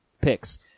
picks